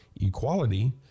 equality